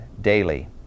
daily